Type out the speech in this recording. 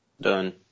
Done